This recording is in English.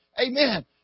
Amen